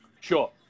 sure